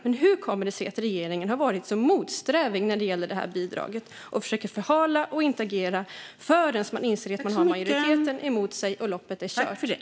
Men hur kommer det sig att regeringen har varit så motsträvig när det gäller det här bidraget? Man har försökt förhala och agerade inte förrän man insåg att man hade majoriteten emot sig och att loppet var kört.